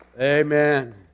Amen